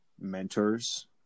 mentors